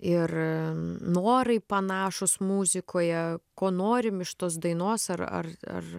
ir norai panašūs muzikoje ko norim iš tos dainos ar ar ar